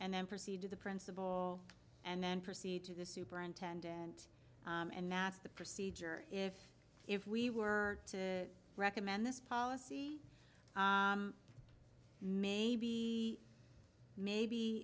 and then proceed to the principal and then proceed to the superintendent and match the procedure if if we were to recommend this policy maybe maybe